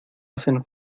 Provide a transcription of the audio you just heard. hacen